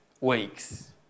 weeks